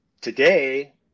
Today